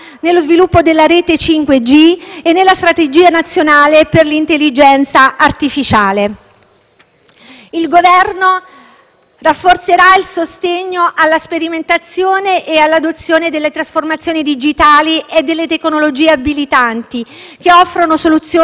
Le semplificazioni amministrative saranno parte di un più generale provvedimento di accelerazione della crescita, che il Governo intende varare nei prossimi mesi e che procederà alla ricognizione, tipizzazione e riduzione dei regimi abilitativi, individuando i procedimenti di autorizzazione